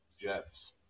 jets